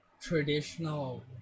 traditional